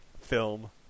film